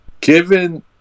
given